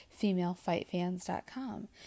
FemaleFightFans.com